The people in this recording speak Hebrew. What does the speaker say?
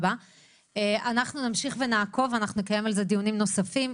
אנחנו נמשיך לעקוב ונקיים על זה דיונים נוספים.